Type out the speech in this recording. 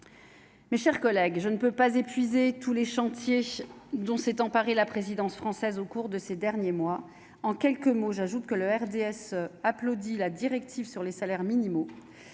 Mes chers collègues, je ne peux pas épuisé tous les chantiers dont s'est emparée la présidence française au cours de ces derniers mois en quelques mots, j'ajoute que le RDS applaudit la directive sur les salaires minimaux